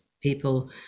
people